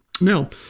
Now